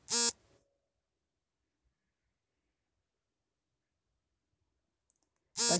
ಪಶುಸಂಗೋಪನೆಯಲ್ಲಿ ಪಶುಗಳಿಗೆ ಹಿಂಡಿ, ಬೂಸಾ, ತವ್ಡುಗಳನ್ನು ಹಾಕ್ತಾರೆ